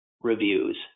reviews